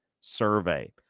survey